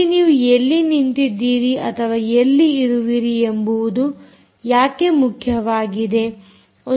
ಇಲ್ಲಿ ನೀವು ಎಲ್ಲಿ ನಿಂತಿದ್ದೀರಿ ಅಥವಾ ಎಲ್ಲಿ ಇರುವಿರಿ ಎಂಬುವುದು ಯಾಕೆ ಮುಖ್ಯವಾಗಿದೆ